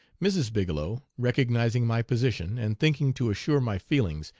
mrs. bigelow, recognizing my position, and thinking to assure my feelings,